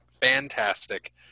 fantastic